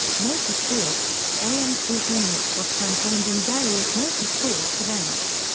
motorsports amc hornets were campaigned in various motorsports events.